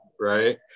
right